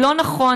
הוא לא נכון,